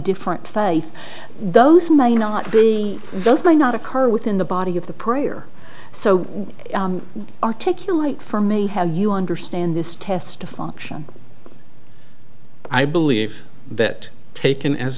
different faith those may not be those may not occur within the body of the prayer so articulate for mehad you understand this test a function i believe that taken as